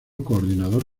coordinador